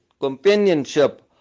companionship